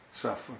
suffer